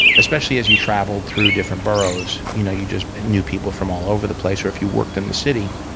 especially as you traveled through different boroughs. you know you just met new people from all over the place. or if you worked in the city,